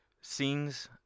scenes